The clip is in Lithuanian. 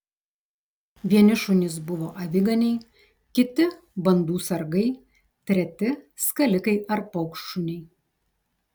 vieni šunys buvo aviganiai kiti bandų sargai treti skalikai ar paukštšuniai